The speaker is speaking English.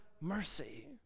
mercy